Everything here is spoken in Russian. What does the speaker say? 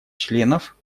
членов